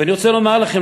ואני רוצה לומר לכם,